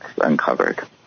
uncovered